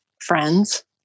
friends